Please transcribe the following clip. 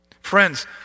Friends